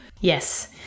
Yes